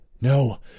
No